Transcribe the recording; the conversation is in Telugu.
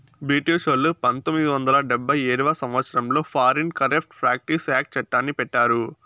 బ్రిటిషోల్లు పంతొమ్మిది వందల డెబ్భై ఏడవ సంవచ్చరంలో ఫారిన్ కరేప్ట్ ప్రాక్టీస్ యాక్ట్ చట్టాన్ని పెట్టారు